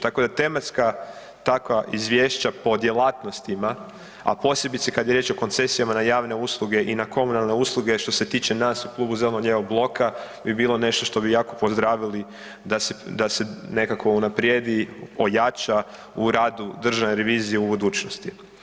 Tako da tematska takva izvješća po djelatnostima, a posebno kad je riječ o koncesijama na javne usluge i na komunalne usluge što se tiče nas u Klubu zeleno-lijevog bloka bi bilo nešto što bi jako pozdravili da se, da se nekako unaprijedi, ojača u radu državne revizije u budućnosti.